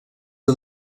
are